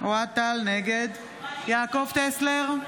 נגד יעקב טסלר,